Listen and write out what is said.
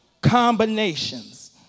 combinations